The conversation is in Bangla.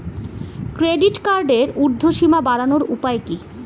ক্রেডিট কার্ডের উর্ধ্বসীমা বাড়ানোর উপায় কি?